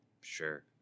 Sure